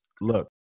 look